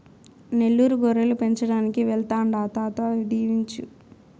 నెల్లూరు గొర్రెలు పెంచడానికి వెళ్తాండా తాత దీవించు